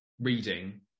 reading